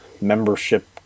membership